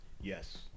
yes